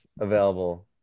available